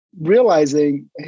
realizing